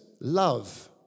Love